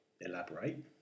elaborate